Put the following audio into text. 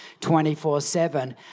24-7